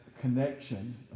connection